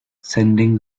sending